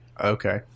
Okay